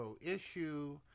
issue